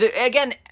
again